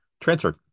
Transferred